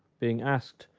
being asked,